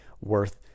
worth